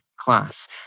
class